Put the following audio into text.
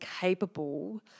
capable